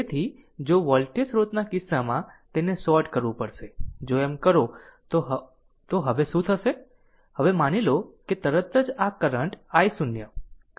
તેથી જો વોલ્ટેજ સ્રોતના કિસ્સામાં તેને શોર્ટ કરવું પડશે જો એમ કરો તો હવે શું થશે હવે માની લો કે તરત જ આ કરંટ i0 કહે કે કરંટ i0 છે